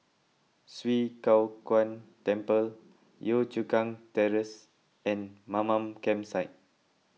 Swee Kow Kuan Temple Yio Chu Kang Terrace and Mamam Campsite